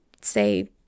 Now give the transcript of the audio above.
say